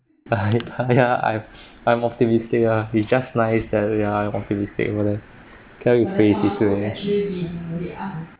I I ah I I'm optimistic ah it just lies that they are optimistic but then tell you face declare